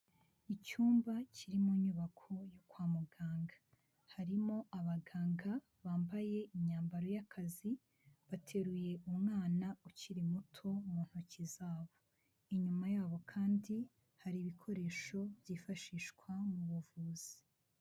Icyumba kiri mu nyubako yo kwa muganga harimo abaganga bambaye imyambaro y'akazi, bateruye umwana ukiri muto mu ntoki zabo, inyuma yabo kandi hari ibikoresho byifashishwa mu buvuzi.